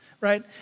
right